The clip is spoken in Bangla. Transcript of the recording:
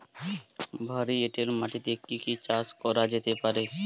ভারী এঁটেল মাটিতে কি কি চাষ করা যেতে পারে?